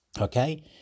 okay